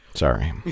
Sorry